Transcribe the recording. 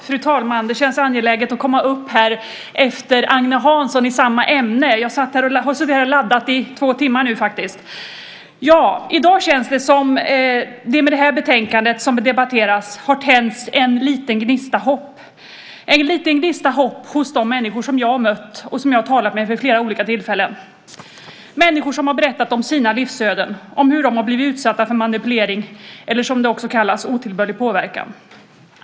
Fru talman! Det känns angeläget att komma upp i talarstolen efter Agne Hansson i samma ämne. Jag har suttit här och laddat i två timmar nu. I dag känns det som att det med det betänkande som debatteras har tänts en liten gnista hopp, en liten gnista hopp hos de människor som jag har mött och som jag har talat med vid flera olika tillfällen. Det är människor som har berättat om sina livsöden, om hur de har blivit utsatta för manipulering eller, som det också kallas, otillbörlig påverkan.